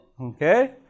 Okay